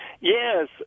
Yes